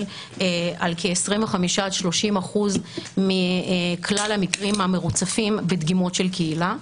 על כ-25% עד 30% מכלל המקרים המרוצפים בדגימות של קהילה,